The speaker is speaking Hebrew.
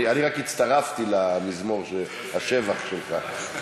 רק הצטרפתי למזמור השבח שלך.